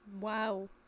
wow